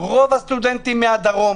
רוב הסטודנטים מהדרום,